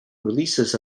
releases